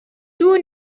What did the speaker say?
two